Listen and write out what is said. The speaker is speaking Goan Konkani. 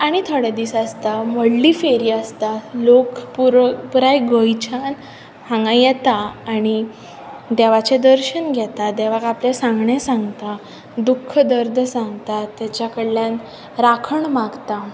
आनी थोडे दीस आसता व्हडली फेरी आसता लोक पुरो पुराय गोंयच्यान हांगा येता आनी देवाचे दर्शन घेता देवाक आपले सांगणे सांगता दुख्ख दर्द सांगतात तेच्या कडल्यान राखण मागतात